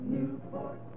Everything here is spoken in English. Newport